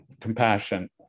compassion